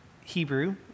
Hebrew